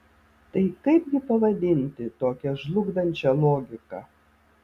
tai kaipgi pavadinti tokią žlugdančią logiką